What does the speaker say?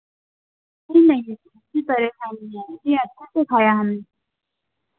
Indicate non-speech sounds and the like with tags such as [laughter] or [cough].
अरे नहीं [unintelligible] नहीं है नहीं अच्छे से खाया हमने